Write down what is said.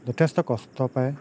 যথেষ্ট কষ্ট পায়